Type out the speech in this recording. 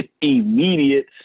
Immediate